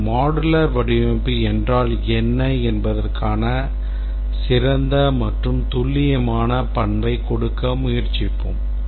ஒரு modular வடிவமைப்பு என்றால் என்ன என்பதற்கான சிறந்த அல்லது துல்லியமான பண்பைக் கொடுக்க முயற்சிப்போம்